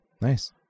Nice